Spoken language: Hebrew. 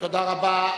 תודה רבה.